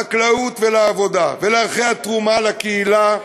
לחקלאות ולעבודה ולערכי התרומה לקהילה,